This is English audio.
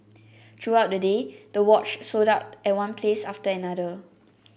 throughout the day the watch sold out at one place after another